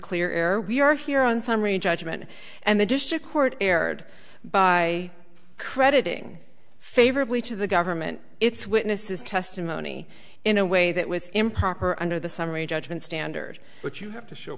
clear air we are here on summary judgment and the district court erred by crediting favorably to the government its witness's testimony in a way that was improper under the summary judgment standard but you have to show